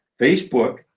Facebook